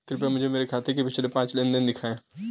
कृपया मुझे मेरे खाते से पिछले पांच लेनदेन दिखाएं